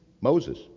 Moses